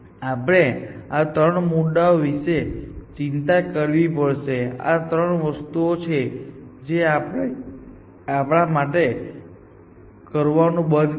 આપણે ત્રણ મુદ્દાઓ વિશે ચિંતા કરવી પડશે અથવા આ ત્રણ વસ્તુઓ છે જે આપણા માટે કરવાનું બંધ કરે છે